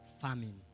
famine